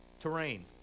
terrain